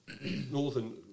northern